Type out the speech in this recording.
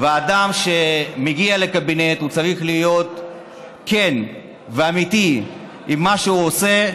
אדם שמגיע לקבינט צריך להיות כן ואמיתי עם מה שהוא עושה,